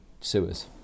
sewers